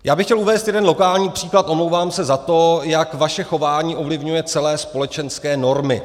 Já bych chtěl uvést jeden lokální příklad, omlouvám se za to, jak vaše chování ovlivňuje celospolečenské normy.